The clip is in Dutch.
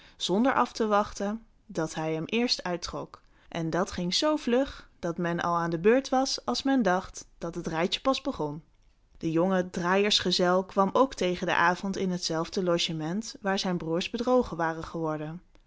zonder af te wachten dat hij hem eerst uittrok en dat ging zoo vlug dat men al aan de beurt was als men dacht dat het rijtje pas begon de jonge draaiersgezel kwam ook tegen den avond in hetzelfde logement waar zijn broêrs bedrogen waren geworden